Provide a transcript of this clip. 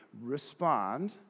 respond